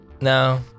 No